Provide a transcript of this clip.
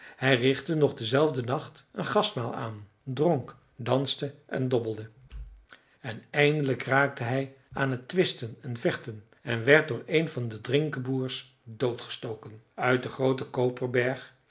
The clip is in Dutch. hij richtte nog dienzelfden nacht een gastmaal aan dronk danste en dobbelde en eindelijk raakte hij aan het twisten en vechten en werd door een van de drinkebroers doodgestoken uit den grooten koperberg